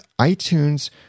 iTunes